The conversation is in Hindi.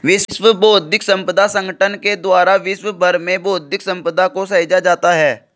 विश्व बौद्धिक संपदा संगठन के द्वारा विश्व भर में बौद्धिक सम्पदा को सहेजा जाता है